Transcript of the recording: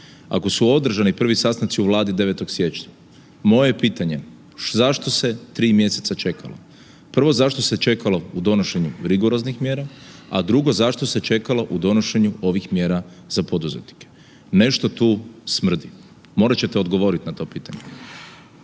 ako su održani prvi sastanci u Vladi 9. siječnja, moje je pitanje zašto se 3 mjeseca čekalo, prvo zašto se čekalo u donošenju rigoroznih mjera, a drugo zašto se čekalo u donošenju ovih mjera za poduzetnike. Nešto tu smrdi. Morate ćete odgovoriti na to pitanje.